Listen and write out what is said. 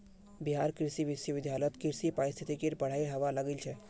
बिहार कृषि विश्वविद्यालयत कृषि पारिस्थितिकीर पढ़ाई हबा लागिल छ